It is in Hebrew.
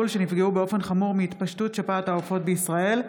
הלול שנפגעו באופן חמור מהתפשטות שפעת העופות בישראל,